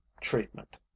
Treatment